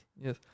yes